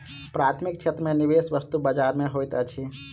प्राथमिक क्षेत्र में निवेश वस्तु बजार में होइत अछि